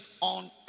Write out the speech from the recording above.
on